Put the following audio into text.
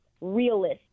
realist